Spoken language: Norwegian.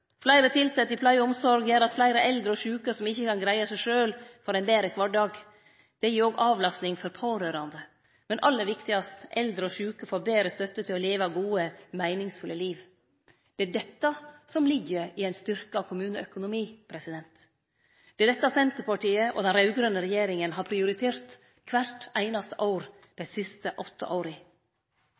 Fleire tilsette i pleie- og omsorgssektoren gjer at fleire eldre og sjuke som ikkje kan greie seg sjølve, får ein betre kvardag. Det gir òg avlastning for pårørande, men aller viktigast: Eldre og sjuke får betre støtte til å leve gode, meiningsfulle liv. Det er dette som ligg i ein styrkt kommuneøkonomi. Det er dette Senterpartiet og den raud-grøne regjeringa har prioritert kvart einaste år dei siste åtte åra.